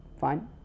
fine